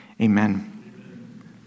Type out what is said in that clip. Amen